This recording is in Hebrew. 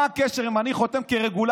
מה הקשר בין זה שאני חותם כרגולטור